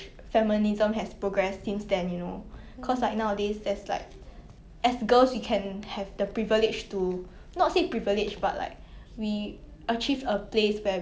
and I agree with you lah on the way like feminism has progressed because right like you wouldn't you wouldn't like during the their times right we watched then everyone hated amy because they felt like she was very self centered and like she did not like